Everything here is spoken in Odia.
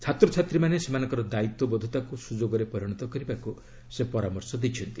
ଛାତ୍ରଛାତ୍ରୀମାନେ ସେମାନଙ୍କର ଦାୟିତ୍ୱ ବୋଧତାକୁ ସୁଯୋଗରେ ପରିଣତ କରିବାକୁ ସେ ପରାମର୍ଶ ଦେଇଛନ୍ତି